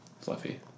Fluffy